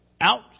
out